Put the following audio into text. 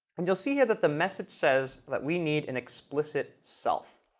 and you'll see here that the message says that we need an explicit self.